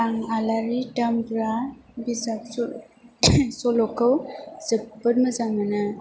आं आलारि दामब्रा बिजाब सल'खौ जोबोद मोजां मोनो